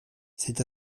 c’est